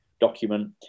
document